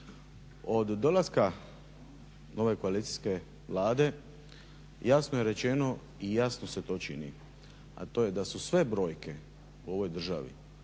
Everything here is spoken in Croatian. Od dolaska nove koalicijske vlade jasno je rečeno i jasno se to čini, a to je da su sve brojke u ovoj državi